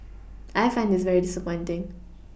I find this very disappointing